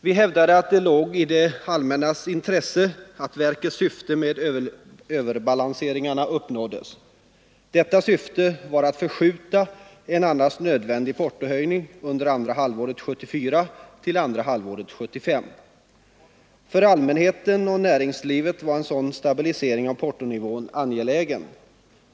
Vi hävdade att det låg i det allmännas intresse att verkets syfte med överbalanseringarna uppnåddes. Detta syfte var att förskjuta en annars nödvändig portohöjning under andra halvåret 1974 till andra halvåret 1975. För allmänheten och näringslivet var en sådan stabilisering av portonivån angelägen.